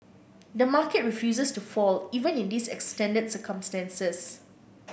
the market refuses to fall even in these extended circumstances